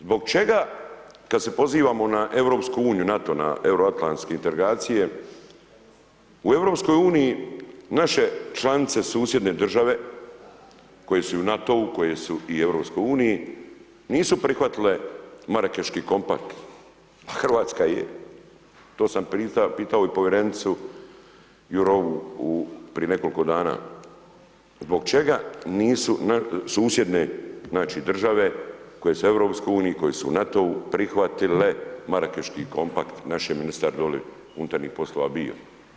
Zbog čega kad se pozivamo na EU, NATO, na euroatlanske integracije u EU naše članice susjedne države koje su i u NATO-u, koje su i u EU nisu prihvatile Marakeški kompakt, Hrvatska je, to sam pitao i povjerenicu Jurovu u, prije nekoliko dana, zbog čega nisu susjedne znači države koje su u EU, koje su u NATO-u prihvatile Marakeški kompakt, naš je ministar doli unutarnjih poslova bio.